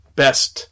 best